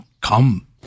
Come